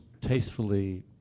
tastefully